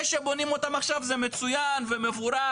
זה שבונים אותם עכשיו זה מצוין ומבורך,